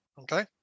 Okay